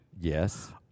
Yes